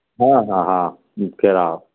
हॅंं हॅं हॅंं हूॅं केराव